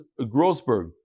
Grossberg